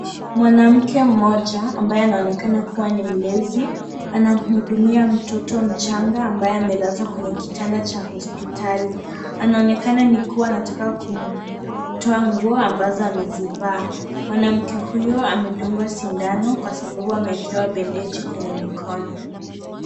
Mwanamke mmoja ambaye anaonekana kuwa ni mlezi anamhudumia mtoto mchanga ambaye amelazwa kwenye kitanda cha hospitali anaonekana ni kama anataka kutoa nguo ambazo amezivaa mwanamke huyo amedungwa sindano kwa sababu ameekewa bendeji kwenye mikono.